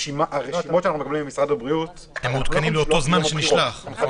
הרשימות שאנחנו מקבלים ממשרד הבריאות מעודכנים לאותו זמן שהם נשלחו,